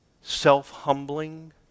self-humbling